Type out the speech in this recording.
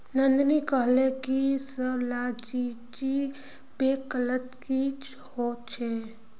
नंदिनी कोहले की सब ला निजी बैंक गलत नि होछे